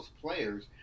players